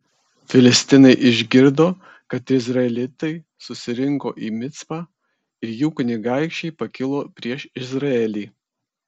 filistinai išgirdo kad izraelitai susirinko į micpą ir jų kunigaikščiai pakilo prieš izraelį